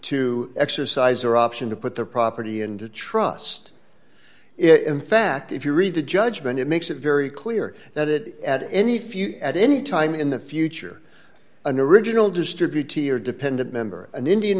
to exercise their option to put the property into trust in fact if you read the judgment it makes it very clear that it is at any future at any time in the future an original distribute tea or dependent member an indian